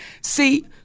See